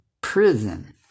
prison